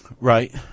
Right